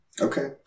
Okay